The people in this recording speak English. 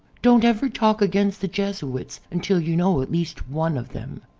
don't ever talk against the jesuits until you know at least one of them.